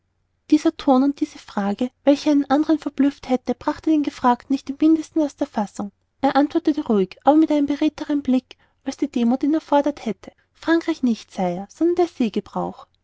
dieser ton und diese frage welche einen andern verblüfft hätte brachte den gefragten nicht im mindesten aus der fassung er antwortete ruhig aber mit einem beredteren blick als die demuth ihn erfordert hätte frankreich nicht sire sondern der